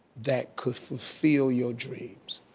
that could fulfill your dreams?